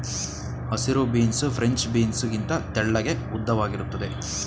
ಹಸಿರು beans French beans ಗಿಂತ ತೆಳ್ಳಗೆ ಉದ್ದವಾಗಿರುತ್ತದೆ